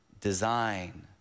design